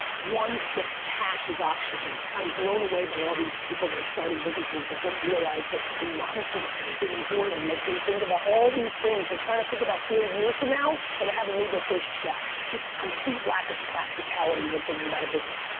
one, that cash is oxygen. i'm blown away by all these people that are starting businesses that don't realize that money is important. like they think about all these things. they're trying to think about four years from now, and they haven't made their first check. just complete lack of practicality when thinking about a business.